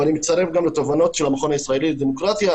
אני מצטרף גם לתובנות של המכון הישראלי לדמוקרטיה,